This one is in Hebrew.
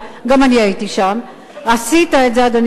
זה רק הפחד והדחליל שמשתמשים בו תמיד,